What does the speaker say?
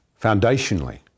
foundationally